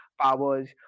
powers